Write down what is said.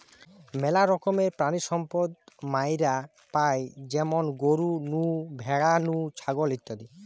মেলা রকমের প্রাণিসম্পদ মাইরা পাই যেমন গরু নু, ভ্যাড়া নু, ছাগল ইত্যাদি